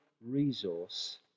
resource